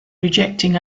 rejecting